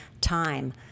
time